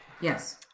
Yes